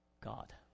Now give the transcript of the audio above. God